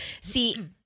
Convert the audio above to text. See